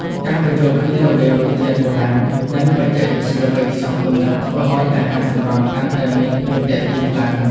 ការបញ្ចូលគ្នារវាងរសជាតិបុរាណនិងបច្ចេកវិទ្យាវេចខ្ចប់ទំនើបធ្វើឱ្យអាហារសម្រន់កាន់តែមានភាពទាក់ទាញខ្លាំង។